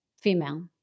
Female